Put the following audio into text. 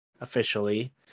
officially